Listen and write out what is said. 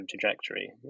trajectory